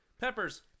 peppers